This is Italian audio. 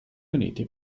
uniti